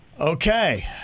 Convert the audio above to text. Okay